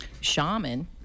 shaman